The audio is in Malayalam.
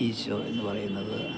ഈശോ എന്നു പറയുന്നത്